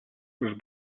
was